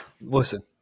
Listen